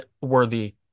worthy